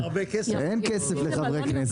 אין כסף לחברי כנסת.